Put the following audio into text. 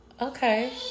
Okay